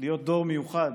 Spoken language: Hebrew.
להיות דור מיוחד,